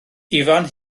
ifan